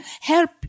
help